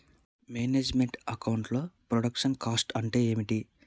Manage meant account లో production cost అంటే ఏమిటి?